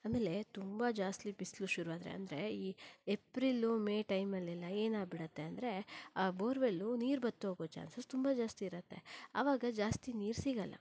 ಆಮೇಲೆ ತುಂಬ ಜಾಸ್ತಿ ಬಿಸಿಲು ಶುರುವಾದರೆ ಅಂದರೆ ಈ ಏಪ್ರಿಲು ಮೇ ಟೈಮಲೆಲ್ಲ ಏನಾಗ್ಬಿಡುತ್ತೆ ಅಂದರೆ ಆ ಬೋರೆವೆಲ್ಲು ನೀರು ಬತ್ತೋಗೋ ಚ್ಯಾನ್ಸಸ್ ತುಂಬ ಜಾಸ್ತಿ ಇರುತ್ತೆ ಆವಾಗ ಜಾಸ್ತಿ ನೀರು ಸಿಗಲ್ಲ